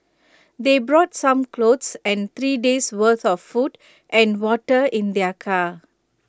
they brought some clothes and three days' worth of food and water in their car